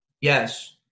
Yes